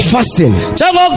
Fasting